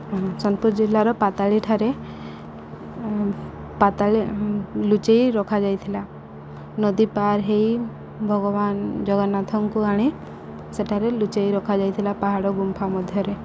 ସୋନପୁର ଜିଲ୍ଲାର ପାତାଳି ଠାରେ ପାତାଳି ଲୁଚାଇ ରଖାଯାଇଥିଲା ନଦୀ ପାର ହେଇ ଭଗବାନ ଜଗନ୍ନାଥଙ୍କୁ ଆଣି ସେଠାରେ ଲୁଚାଇ ରଖାଯାଇଥିଲା ପାହାଡ଼ ଗୁମ୍ଫା ମଧ୍ୟରେ